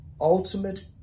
ultimate